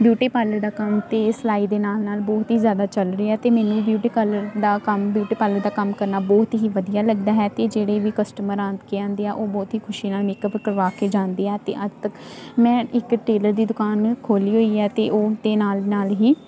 beauty parlour ਦਾ ਕੰਮ ਅਤੇ ਸਿਲਾਈ ਦੇ ਨਾਲ ਨਾਲ ਬਹੁਤ ਹੀ ਜ਼ਿਆਦਾ ਚੱਲ ਰਿਹਾ ਅਤੇ ਮੈਨੂੰ ਬਿਊਟੀ ਪਾਰਲਰ ਦਾ ਕੰਮ ਬਿਊਟੀ ਪਾਰਲਰ ਦਾ ਕੰਮ ਕਰਨਾ ਬਹੁਤ ਹੀ ਵਧੀਆ ਲੱਗਦਾ ਹੈ ਅਤੇ ਜਿਹੜੇ ਵੀ ਕਸਟਮਰ ਆ ਕੇ ਆਉਂਦੇ ਆ ਉਹ ਬਹੁਤ ਹੀ ਖੁਸ਼ੀ ਨਾਲ ਮੇਕਅਪ ਕਰਵਾ ਕੇ ਜਾਂਦੇ ਆ ਅਤੇ ਅੱਜ ਤੱਕ ਮੈਂ ਇੱਕ ਟੇਲਰ ਦੀ ਦੁਕਾਨ ਖੋਲ੍ਹੀ ਹੋਈ ਏ ਅਤੇ ਉਹਦੇ ਨਾਲ ਨਾਲ ਹੀ